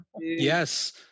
Yes